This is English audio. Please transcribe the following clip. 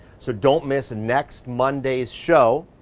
so don't miss and next monday's show.